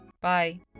Bye